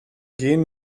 gehen